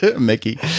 Mickey